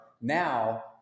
Now